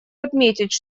отметить